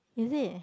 is it